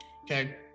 okay